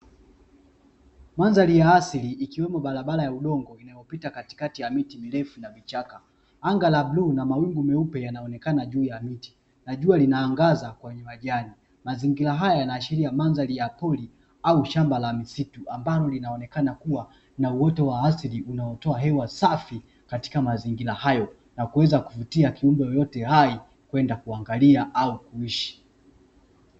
Mandhari ya asili, ikiwemo barabara ya udongo inayopita katikati ya miti mirefu na vichaka, anga la bluu na mawingu meupe yanaonekana juu ya miti, na jua lina angaza kwenye majani, mazingira haya yanaashiria mandhari ya pori au shamba la misitu, ambalo linaonekana kuwa na uoto wa asili unaotoa hewa safi katika mazingira hayo, kuweza kuvutia kiumbe yoyote hai kwenda kuangalia au kuishi.